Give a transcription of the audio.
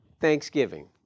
thanksgiving